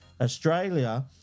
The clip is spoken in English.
Australia